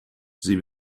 sie